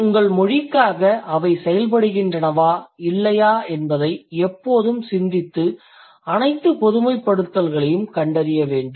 உங்கள் மொழிக்காக அவை செயல்படுகின்றனவா இல்லையா என்பதை எப்போதும் சிந்தித்து அனைத்து பொதுமைப்படுத்தல்களையும் கண்டறிய வேண்டும்